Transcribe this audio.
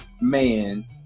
man